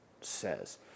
says